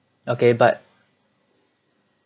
okay but